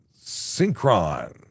Synchron